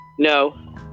No